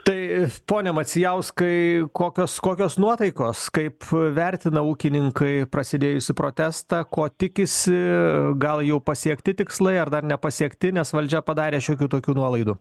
tai pone macijauskai kokios kokios nuotaikos kaip vertina ūkininkai prasidėjusį protestą ko tikisi gal jau pasiekti tikslai ar dar nepasiekti nes valdžia padarė šiokių tokių nuolaidų